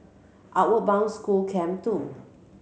Outward Bound School Camp Two